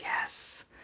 Yes